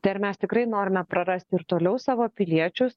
tai ar mes tikrai norime prarasti ir toliau savo piliečius